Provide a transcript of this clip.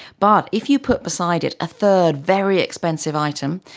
but if you put beside it a third very expensive item,